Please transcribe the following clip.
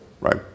right